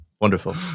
wonderful